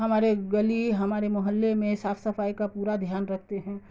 ہمارے گلی ہمارے محلے میں صاف صفائی کا پورا دھیان رکھتے ہیں